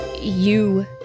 You